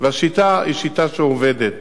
והשיטה היא שיטה שעובדת.